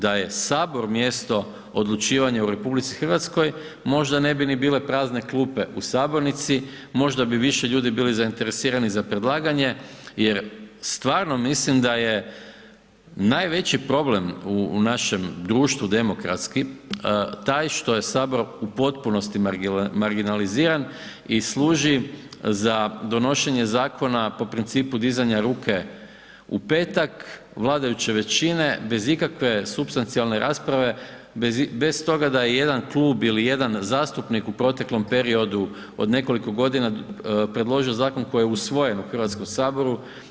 Da je sabor mjesto odlučivanja u RH možda ne bi ni bile prazne klupe u sabornici, možda bi više ljudi bili zainteresirani za predlaganje jer stvarno mislim da je najveći problem u našem društvu demokratski taj što je sabor u potpunosti marginaliziran i služi za donošenje zakona po principu dizanja ruke u petak vladajuće većine bez ikakve supstancijalne rasprave, bez toga da je jedan klub ili jedan zastupnik u proteklom periodu od nekoliko godina predložio zakon koji je usvojen u Hrvatskom saboru.